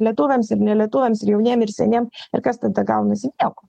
lietuviams ir nelietuviams ir jauniem ir seniem ir kas tada gaunasi nieko